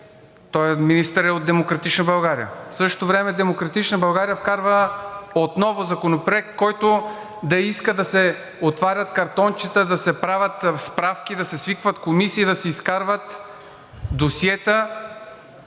този министър е от „Демократична България“. В същото време „Демократична България“ вкарва отново Законопроект, който да иска да се отварят картончета, да се правят справки, да се свикват комисии, да се изкарват досиета